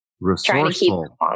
Resourceful